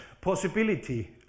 possibility